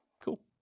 Cool